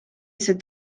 cette